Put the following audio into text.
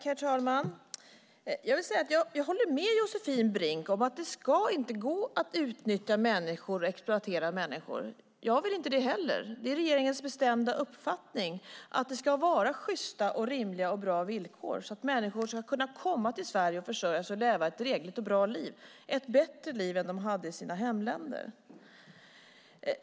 Herr talman! Jag håller med Josefin Brink om att det inte ska gå att exploatera människor. Jag vill inte det heller. Det är regeringens bestämda uppfattning att det ska vara sjysta, rimliga och bra villkor, så att människor ska kunna komma till Sverige och försörja sig och leva ett drägligt och bra liv, ett bättre liv än de hade i sina hemländer.